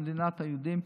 במדינת היהודים,